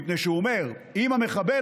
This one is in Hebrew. מפני שהוא אומר: אם המחבל,